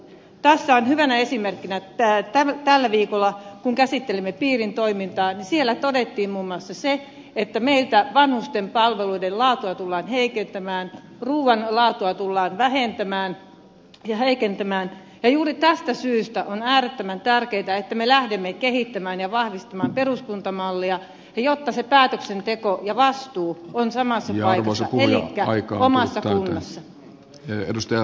tässä on hyvänä esimerkkinä se että kun tällä viikolla käsittelimme piirin toimintaa niin siellä todettiin muun muassa se että meiltä vanhusten palveluiden laatua tullaan heikentämään ruuan laatua tullaan heikentämään ja juuri tästä syystä on äärettömän tärkeätä että me lähdemme kehittämään ja vahvistamaan peruskuntamallia jotta se päätöksenteko ja vastuu ovat samassa paikassa elikkä omassa kunnassa